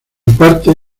parte